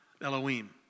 Elohim